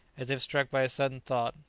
as if struck by a sudden thought,